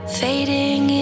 fading